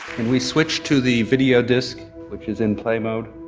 we switch to the video disc, which is in play mode?